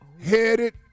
headed